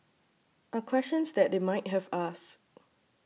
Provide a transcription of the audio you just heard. are questions that they might have asked